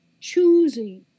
choosing